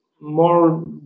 more